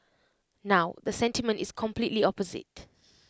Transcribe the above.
now the sentiment is completely opposite